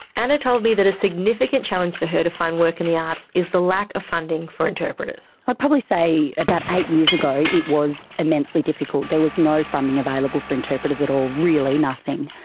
anna told me that a significant challenge for her to find work in the arts is the lack of funding for interpreters. i'd probably say about eight years ago it was immensely difficult, there was no funding available for interpreters at all, really nothing,